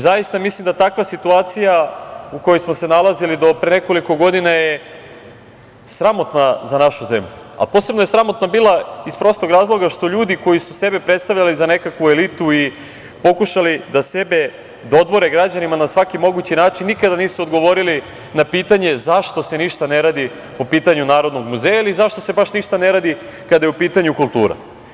Zaista mislim da takva situacija u kojoj smo se nalazili do pre nekoliko godina je sramotna za našu zemlju, a posebno je sramotna bila iz prostog razloga što ljudi koji su sebe predstavljali za nekakvu elitu i pokušali da sebe dodvore građanima na svaki mogući način, nikada nisu odgovorili na pitanje – zašto se ništa ne radi po pitanju Narodnog muzeja ili zašto se baš ništa ne radi kada je u pitanju kultura?